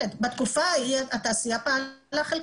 בתקופה ההיא התעשייה פעלה חלקית.